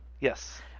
Yes